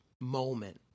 moment